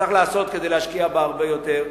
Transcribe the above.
צריך לעשות כדי להשקיע בה הרבה יותר,